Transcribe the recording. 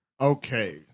Okay